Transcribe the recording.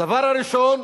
הדבר הראשון,